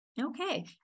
Okay